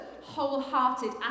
wholehearted